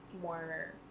more